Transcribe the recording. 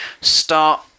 Start